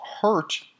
hurt